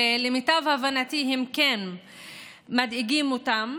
ולמיטב הבנתי הם כן מדאיגים אותם,